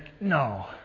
no